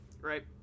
right